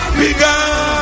bigger